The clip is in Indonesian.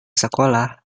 sekolah